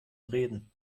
reden